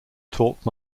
torque